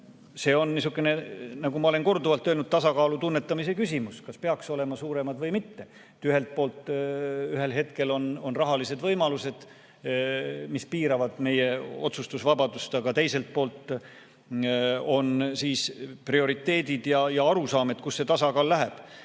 see on niisugune, nagu ma olen korduvalt öelnud, tasakaalu tunnetamise küsimus, kas peaks olema suuremad või mitte. Ühelt poolt ühel hetkel on rahalised võimalused, mis piiravad meie otsustusvabadust, aga teiselt poolt on prioriteedid ja arusaam, kust see tasakaal läheb,